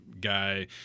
guy